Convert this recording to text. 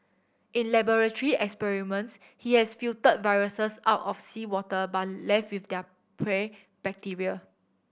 in laboratory experiments he has filtered viruses out of seawater but left with their prey bacteria